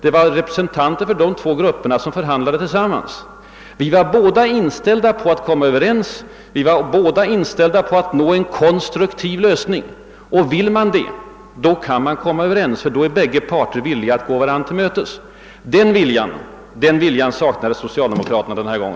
Båda parter var inställda på att nå en konstruktiv lösning, och vill man det kan man komma överens, Då är alla parter villiga att gå varandra till mötes. Den viljan saknade dock socialdemokraterna denna gång.